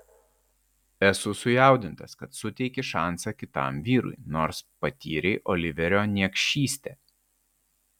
esu sujaudintas kad suteiki šansą kitam vyrui nors patyrei oliverio niekšystę